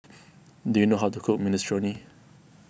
do you know how to cook Minestrone